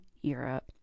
Europe